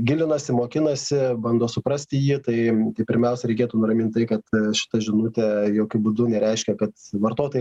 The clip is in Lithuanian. gilinasi mokinasi bando suprasti jį tai pirmiausia reikėtų nuramint tai kad šita žinutė jokiu būdu nereiškia kad vartotojai